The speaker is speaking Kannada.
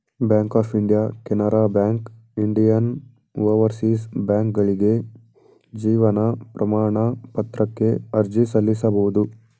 bank of India Canara bank Indian overseas ಬ್ಯಾಂಕ್ಕ್ಗಳಿಗೆ ಜೀವನ ಪ್ರಮಾಣ ಪತ್ರಕ್ಕೆ ಅರ್ಜಿ ಸಲ್ಲಿಸಬಹುದು